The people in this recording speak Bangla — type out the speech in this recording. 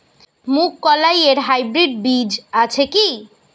মুগকলাই এর হাইব্রিড বীজ আছে কি?